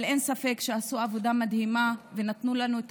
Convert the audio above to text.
אבל אין ספק שעשו עבודה מדהימה ונתנו לנו את